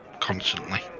constantly